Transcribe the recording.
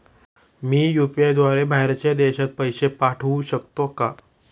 मी UPI द्वारे बाहेरच्या देशात पैसे पाठवू शकतो का?